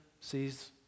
sees